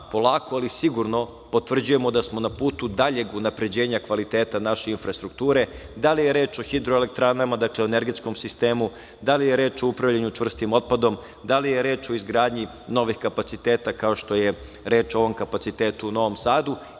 polako, ali sigurno potvrđujemo da smo na putu daljeg unapređenja kvaliteta naše infrastrukture, da li je reč o hidroelektranama, o energetskom sistemu, da li je reč o upravljanju čvrstim otpadom, da li je reč o izgradnji novih kapaciteta, kao što je reč o ovom kapacitetu u Novom Sadu